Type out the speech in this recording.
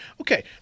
okay